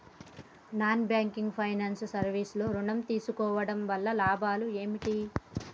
Non banking finance service లో ఋణం తీసుకోవడం వల్ల లాభాలు ఏమిటి?